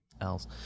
else